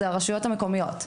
הם הרשויות המקומיות.